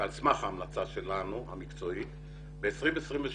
ועל סמך ההמלצה המקצועית שלנו, ב-2023